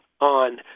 on